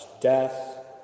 death